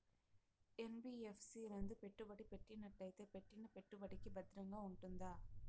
NBFC నందు పెట్టుబడి పెట్టినట్టయితే పెట్టిన పెట్టుబడికి భద్రంగా ఉంటుందా?